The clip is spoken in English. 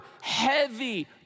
heavy